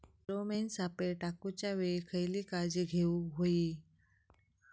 Pheromone सापळे टाकूच्या वेळी खयली काळजी घेवूक व्हयी?